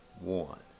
one